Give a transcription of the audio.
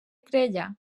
creia